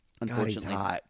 Unfortunately